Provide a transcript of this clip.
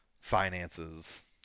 finances